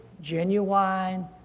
genuine